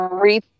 three